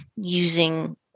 using